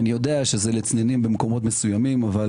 אני יודע שזה לצנימים במקומות מסוימים אבל